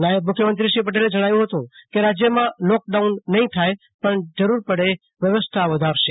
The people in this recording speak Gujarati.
નાયબ મુખ્યમંત્રી શ્રી પટેલે જણાવ્યુ હતું કે રાજયમાં લોકડાઉન નહી થાય પણ જરૂર પડ્યે વ્યવસ્થા વધારશું